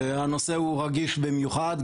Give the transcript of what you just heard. הנושא הוא רגיש במיוחד.